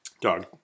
Dog